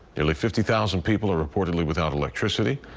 nearly fifty thousand people are reportedly without electricity.